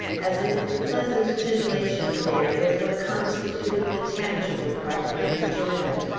as if the pleasant titillation there was what constituted the tangible part of their enjoyment.